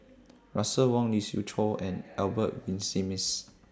Russel Wong Lee Siew Choh and Albert Winsemius